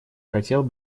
хотел